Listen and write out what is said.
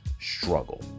struggle